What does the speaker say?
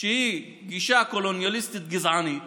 שהיא גישה קולוניאליסטית גזענית